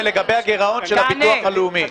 ולגבי הגירעון של הביטוח הלאומי.